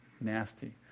nasty